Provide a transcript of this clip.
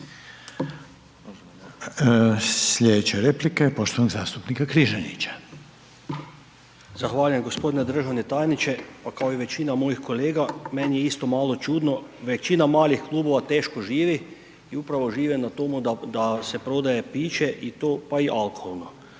Sljedeća replika je poštovanog zastupnika Križanića. **Križanić, Josip (HDZ)** Zahvaljujem. Gospodine državni tajniče kao i većina mojih kolega meni je isto malo čudno. Većina malih klubova teško živi i upravo žive na tome da se prodaje piće i to pa i alkoholno.